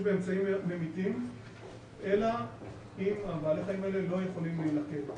באמצעים ממיתים אלא אם בעלי החיים האלה לא יכולים להילכד,